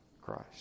Christ